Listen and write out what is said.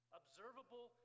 observable